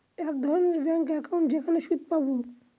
এক রকমের bank account যেখানে সুদ পাবো